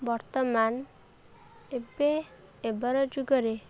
ବର୍ତ୍ତମାନ ଏବେ ଏବେର ଯୁଗରେ